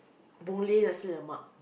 Boon-Lay nasi-lemak